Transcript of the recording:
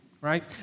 right